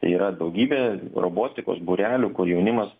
tai yra daugybė robotikos būrelių kur jaunimas